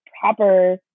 proper